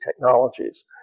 Technologies